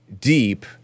Deep